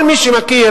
כל מי שמכיר